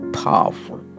powerful